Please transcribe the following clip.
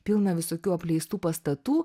pilna visokių apleistų pastatų